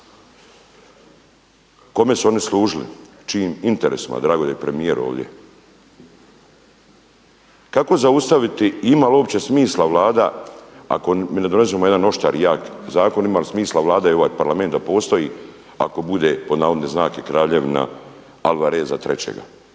Kome su oni služili, čijim interesima? Drago mi je da je premijer ovdje. Kako zaustaviti, ima li uopće smisla Vlada ako mi ne donesemo jedan oštar i jak zakon, ima li smisla Vlada i ovaj parlament da postoji ako bude pod navodnim znakovima „kraljevina Alvareza III.“?